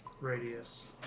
radius